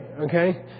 okay